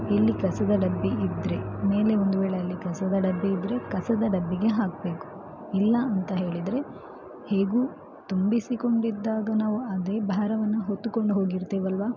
ಇಲ್ಲಿ ಕಸದ ಡಬ್ಬಿ ಇದ್ದರೆ ಮೇಲೆ ಒಂದು ವೇಳೆ ಅಲ್ಲಿ ಕಸದ ಡಬ್ಬಿ ಇದ್ದರೆ ಕಸದ ಡಬ್ಬಿಗೆ ಹಾಕಬೇಕು ಇಲ್ಲ ಅಂತ ಹೇಳಿದರೆ ಹೇಗೂ ತುಂಬಿಸಿಕೊಂಡಿದ್ದಾಗ ನಾವು ಅದೇ ಭಾರವನ್ನು ನಾವು ಹೊತ್ತುಕೊಂಡು ಹೋಗಿರ್ತೇವಲ್ವಾ